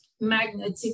magnetic